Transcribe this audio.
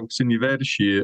auksinį veršį